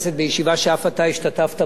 בישיבה שאף אתה השתתפת בה,